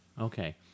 Okay